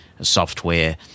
software